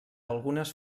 algunes